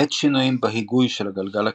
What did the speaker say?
בעת שינויים בהיגוי של הגלגל הקדמי,